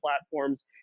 platforms